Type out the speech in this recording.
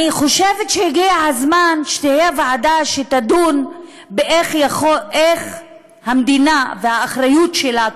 אני חושבת שהגיע הזמן שתהיה ועדה שתדון באיך המדינה והאחריות שלה,